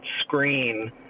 screen